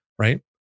right